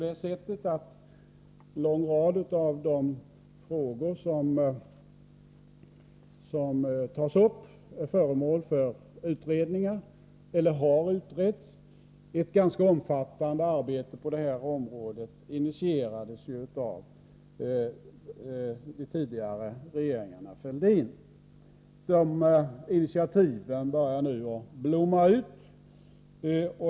En lång rad av de frågor som tas upp är föremål för utredningar eller har utretts. Ett ganska omfattande arbete på detta område initierades ju av de tidigare regeringarna Fälldin. De initiativen börjar nu blomma ut.